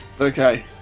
Okay